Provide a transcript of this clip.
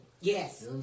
Yes